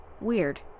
Weird